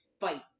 Fight